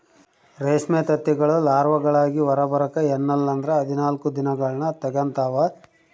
ರೇಷ್ಮೆ ತತ್ತಿಗಳು ಲಾರ್ವಾಗಳಾಗಿ ಹೊರಬರಕ ಎನ್ನಲ್ಲಂದ್ರ ಹದಿನಾಲ್ಕು ದಿನಗಳ್ನ ತೆಗಂತಾವ